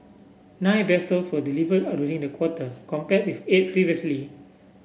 nine vessels were delivered a during the quarter compared with eight previously